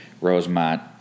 Rosemont